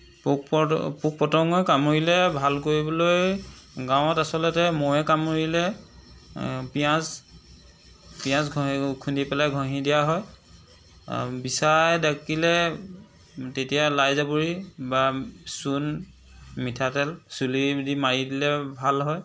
পোক পতং পোক পতংগই কামুৰিলে ভাল কৰিবলৈ গাঁৱত আচলতে মৌয়ে কামুৰিলে পিঁয়াজ পিঁয়াজ ঘঁহি খুন্দি পেলাই ঘঁহি দিয়া হয় বিচাই ডাকিলে তেতিয়া লাইজাবৰি বা চূণ মিঠাতেল চুলি দি মাৰি দিলে ভাল হয়